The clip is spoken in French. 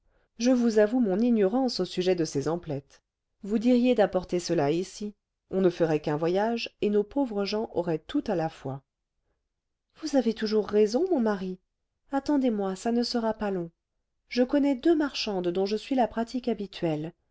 je vous avoue mon ignorance au sujet de ces emplettes vous diriez d'apporter cela ici on ne ferait qu'un voyage et nos pauvres gens auraient tout à la fois vous avez toujours raison mon mari attendez-moi ça ne sera pas long je connais deux marchandes dont je suis la pratique habituelle